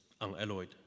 unalloyed